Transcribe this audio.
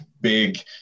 big